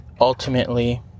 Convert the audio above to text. ultimately